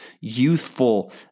youthful